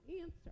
answer